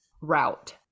route